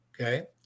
Okay